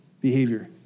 behavior